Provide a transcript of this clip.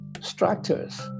structures